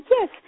Yes